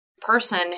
person